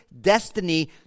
destiny